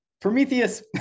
Prometheus